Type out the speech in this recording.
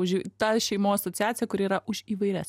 už tai šeimų asociaciją kuri yra už įvairias